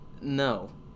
No